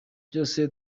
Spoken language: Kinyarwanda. byose